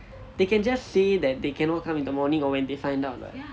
they can just say that they cannot come in the morning or when they find out [what]